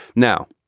now,